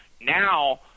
Now